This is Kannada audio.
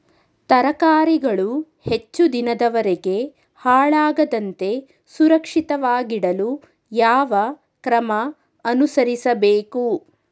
ತರಕಾರಿಗಳು ಹೆಚ್ಚು ದಿನದವರೆಗೆ ಹಾಳಾಗದಂತೆ ಸುರಕ್ಷಿತವಾಗಿಡಲು ಯಾವ ಕ್ರಮ ಅನುಸರಿಸಬೇಕು?